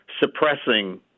Suppressing